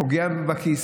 זה פוגע בכיס,